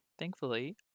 Thankfully